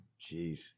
Jeez